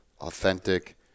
authentic